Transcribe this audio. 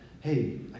hey